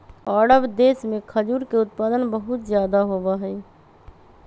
अरब देश में खजूर के उत्पादन बहुत ज्यादा होबा हई